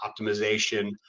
optimization